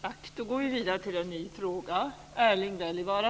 Fru talman! Jag har inget att tillägga.